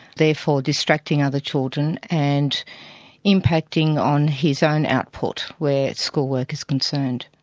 therefore distracting other children and impacting on his own output where schoolwork is concerned.